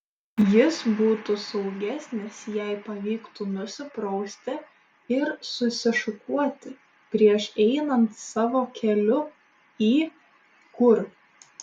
jis būtų saugesnis jei pavyktų nusiprausti ir susišukuoti prieš einant savo keliu į kur